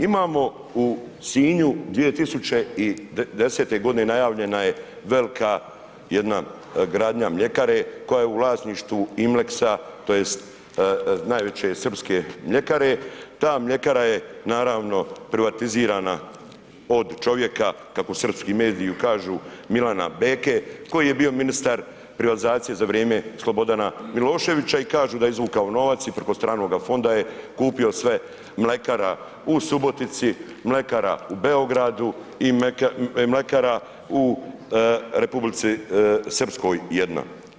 Imamo u Sinju 2010.g. najavljena je velika jedna gradnja mljekare koja je u vlasništvu Imlexa tj. najveće srpske mljekare ta mljekara je naravno privatizirana od čovjeka kao srpski mediji kažu Milana Beke koji je bio ministar privatizacije za vrijeme Slobodana Miloševića i kažu da je izvukao novac i preko stranoga fonda je kupio sve mlekara u Subotici, mlekara u Beogradu i mlekara u Republici Srpskoj jedna.